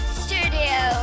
studio